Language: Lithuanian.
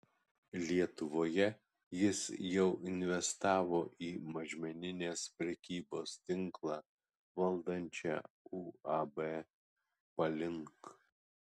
lietuvoje jis jau investavo į mažmeninės prekybos tinklą valdančią uab palink